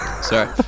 Sorry